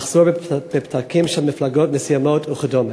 מחסור בפתקים של מפלגות מסוימות וכדומה.